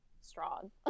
strong